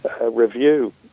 review